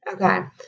Okay